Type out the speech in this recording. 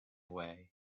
way